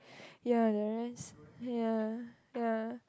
ya the rest ya ya